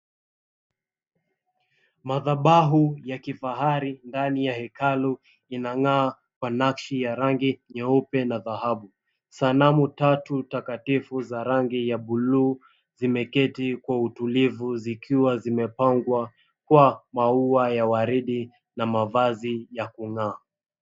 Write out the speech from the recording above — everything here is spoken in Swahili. Madhabahu ya kifahari ndani ya hekalu inang'aa kwa nakshi ya rangi nyeupe na dhahabu. Sanamu tatu takatifu za rangi ya bluu zimeketi kwa utulivu zikiwa zimepangwa kwa maua ya waridi na mavazi ya kung'aa.